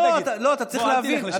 לא, אתה צריך להבין.